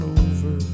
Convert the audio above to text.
over